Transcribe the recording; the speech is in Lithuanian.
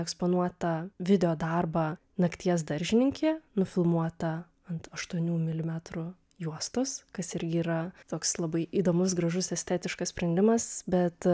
eksponuotą video darbą nakties daržininkė nufilmuotą ant aštuonių milimetrų juostos kas irgi yra toks labai įdomus gražus estetiškas sprendimas bet